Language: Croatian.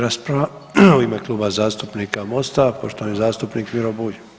rasprava u ime Kluba zastupnika Mosta, poštovani zastupnik Miro Bulj.